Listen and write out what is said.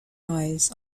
lies